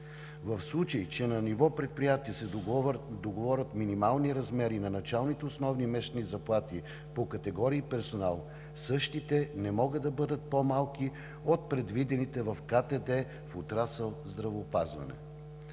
В случай че на ниво предприятие се договорят минимални размери на началните основни месечни заплати по категории „Персонал“, същите не могат да бъдат по-малки от предвидените в КТД в отрасъл „Здравеопазване“.